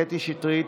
קטי שטרית,